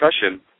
discussion